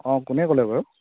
অঁ কোনে ক'লে বাৰু